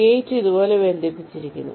gate ഇതുപോലെ ബന്ധിപ്പിച്ചിരിക്കുന്നു